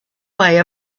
way